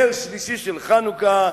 נר שלישי של חנוכה,